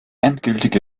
endgültige